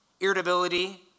irritability